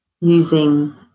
using